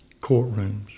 courtrooms